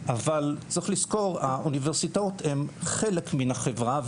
אבל צריך לזכור, האוניברסיטאות הן חלק מן החברה.